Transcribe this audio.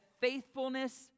faithfulness